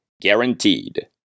guaranteed